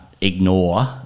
ignore